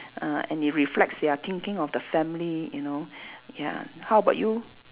uh and it reflects their thinking of the family you know ya how about you